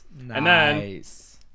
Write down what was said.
Nice